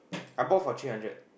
I bought for three hundred